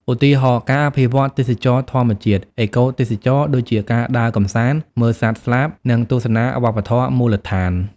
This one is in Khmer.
ឧទាហរណ៍ ការអភិវឌ្ឍទេសចរណ៍ធម្មជាតិ អេកូទេសចរណ៍ ដូចជាការដើរកម្សាន្ត មើលសត្វស្លាប និងទស្សនាវប្បធម៌មូលដ្ឋាន។